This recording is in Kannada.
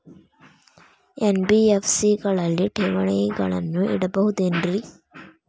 ಎನ್.ಬಿ.ಎಫ್.ಸಿ ಗಳಲ್ಲಿ ಠೇವಣಿಗಳನ್ನು ಇಡಬಹುದೇನ್ರಿ?